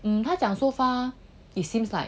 mmhmm 他讲 so far it seems like